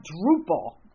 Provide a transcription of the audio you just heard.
quadruple